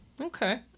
okay